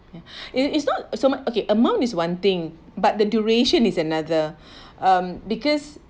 it is not so much okay amount is one thing but the duration is another um because